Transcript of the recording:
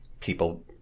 people